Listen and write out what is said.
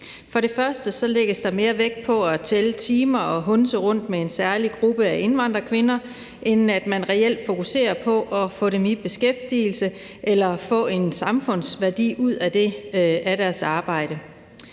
For det første lægges der mere vægt på at tælle timer og hundse rundt med en særlig gruppe af indvandrerkvinder end på reelt at fokusere på at få dem i beskæftigelse eller få en samfundsværdi ud af deres arbejde.